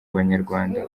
abanyarwanda